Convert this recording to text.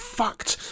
fucked